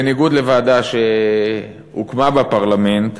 בניגוד לוועדה שהוקמה בפרלמנט,